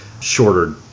shorter